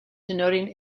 denoting